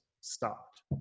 stopped